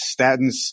statins